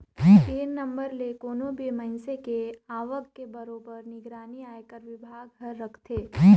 PAN number ले कोनो भी मइनसे के आवक के बरोबर निगरानी आयकर विभाग हर राखथे